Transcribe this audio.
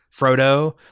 Frodo